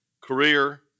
career